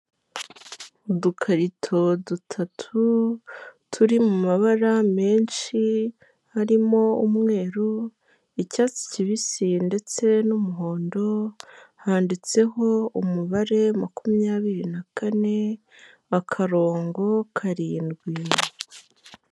Udukarito dutatu, turi mu mabara menshi, harimo umweru, icyatsi kibisi ndetse n'umuhondo, handitseho umubare makumyabiri na kane, akarongo, karindwi.